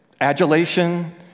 adulation